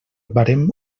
barem